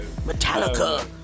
Metallica